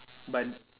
but